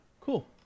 Cool